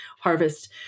harvest